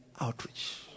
outreach